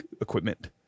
equipment